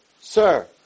sir